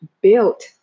built